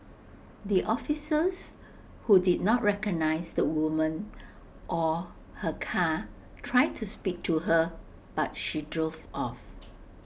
the officers who did not recognise the woman or her car tried to speak to her but she drove off